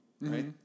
right